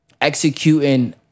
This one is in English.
executing